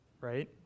right